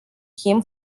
him